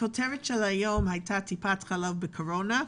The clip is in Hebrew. הכותרת של הדיון היום הייתה טיפת חלב בקורונה.